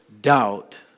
doubt